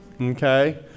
Okay